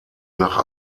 nach